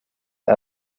out